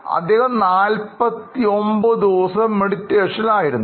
അദ്ദേഹം 49 ദിവസം ധാന്യത്തിൽ ആയിരുന്നു